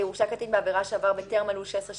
הורשע קטין בעבירה שעבר בטרם מלאו לו שש עשרה